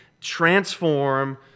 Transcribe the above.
transform